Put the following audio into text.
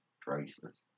priceless